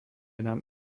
nám